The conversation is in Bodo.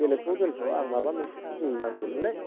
बेलेखखौ दोनथ' आं माबा मोनसेसो बुंनो नागिरदोंमोनलै